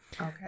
Okay